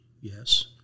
Yes